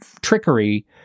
trickery